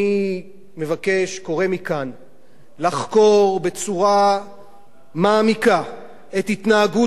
אני קורא מכאן לחקור בצורה מעמיקה את התנהגות